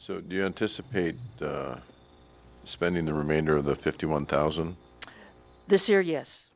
so you anticipate spending the remainder of the fifty one thousand this year yes